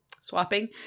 swapping